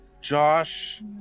Josh